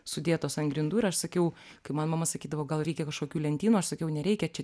sudėtos ant grindų ir aš sakiau kai man mama sakydavo gal reikia kažkokių lentynų aš sakiau nereikia čia